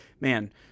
man